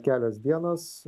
kelios dienos